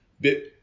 bit